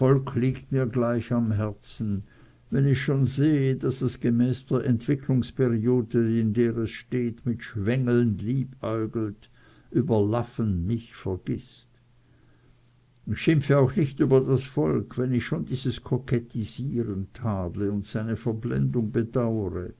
liegt mir gleich am herzen wenn ich schon sehe daß es gemäß der entwicklungsperiode in der es steht mit schwengeln liebäugelt über laffen mich vergißt ich schimpfe auch nicht über das volk wenn ich schon dieses kokettisieren tadle und seine verblendung bedaure